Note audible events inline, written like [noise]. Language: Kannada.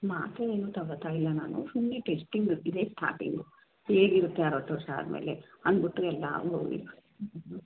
ಮಾತ್ರೆ ಏನು ತಗೋತಾ ಇಲ್ಲ ನಾನು ಸುಮ್ಮನೆ ಟೆಸ್ಟಿಂಗ್ ಇದೇ ಸ್ಟಾರ್ಟಿಂಗು ಹೇಗಿರುತ್ತೆ ಅರುವತ್ತು ವರ್ಷ ಆದ ಮೇಲೆ ಅಂದ್ಬಿಟ್ಟು ಎಲ್ಲ [unintelligible]